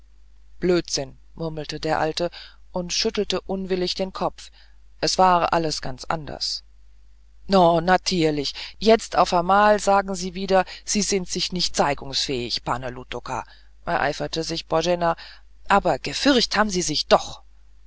blädsinn murmelte der alte und schüttelte unwillig den kopf es war alles ganz anders no natrierlich jetzt auf amals sagen sie wieder sie sin sich nicht zeigungsfähig pane loukota ereiferte sich boena abe gefircht ham sie sich doch